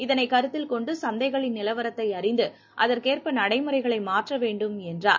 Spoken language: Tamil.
இதனைக் கருத்தில் கொண்டு சந்தைகளின் நிலவரத்தை அறிந்து அதற்கேற்ப நடைமுறைகளை மாற்ற வேண்டும் என்றார்